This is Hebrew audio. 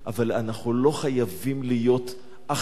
אבל אנחנו לא צריכים להיות אחידים,